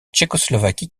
tchécoslovaquie